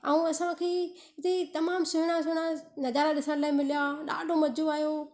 ऐं असांखे ई हिते तमामु सुहिणा सुहिणा नज़ारा ॾिसण लाइ मिलिया ॾाढो मज़ो आयो